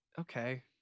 okay